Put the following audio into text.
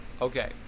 Okay